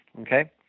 Okay